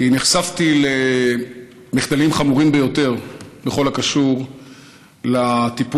כי נחשפתי למחדלים חמורים ביותר בכל הקשור לטיפול,